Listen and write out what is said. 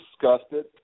disgusted